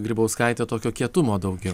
grybauskaitę tokio kietumo daugiau